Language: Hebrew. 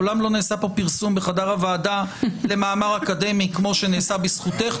בחדר הוועדה למאמר אקדמי כפי שנעשה בזכותך.